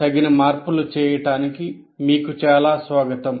తగిన మార్పు లు చేయడానికి మీకు చాలా స్వాగతం